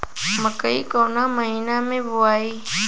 मकई कवना महीना मे बोआइ?